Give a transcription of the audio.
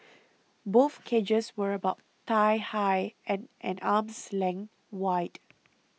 both cages were about thigh high and an arm's length wide